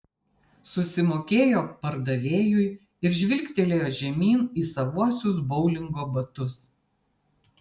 susimokėjo pardavėjui ir žvilgtelėjo žemyn į savuosius boulingo batus